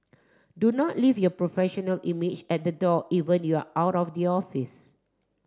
do not leave your professional image at the door even you are out of the office